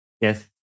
Yes